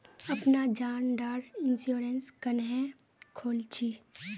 अपना जान डार इंश्योरेंस क्नेहे खोल छी?